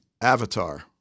Avatar